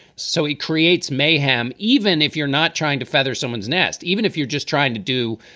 so he creates mayhem. even if you're not trying to feather someone's nest, even if you're just trying to do,